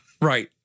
Right